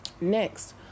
Next